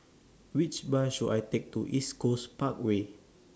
Which Bus should I Take to East Coast Parkway